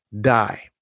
die